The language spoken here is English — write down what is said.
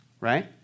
right